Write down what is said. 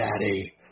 daddy